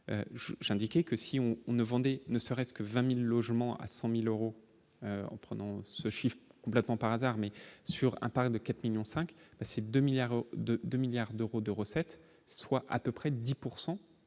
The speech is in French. j'ai indiqué que si on on ne vendait, ne serait-ce que 20000 logements à 100000 euros en prenant ce chiffre complètement par hasard, mais sur un parc de 4 1000005 ces 2 milliards de 2 milliards d'euros de recettes, soit à peu près 10